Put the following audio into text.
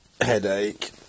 headache